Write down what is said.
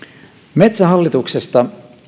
metsähallituksesta